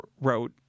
wrote